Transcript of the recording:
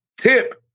Tip